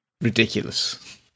ridiculous